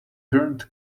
turned